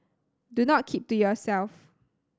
do not keep to yourself